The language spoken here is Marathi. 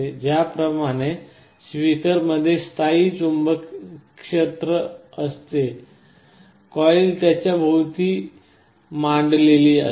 ज्याप्रमाणे स्पीकरमध्ये स्थायी चुंबकीय क्षेत्र असते कॉइल त्याच्या भोवती मांडलेली असते